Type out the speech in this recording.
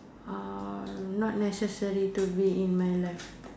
not necessary to be in my life